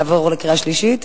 נעבור לקריאה שלישית?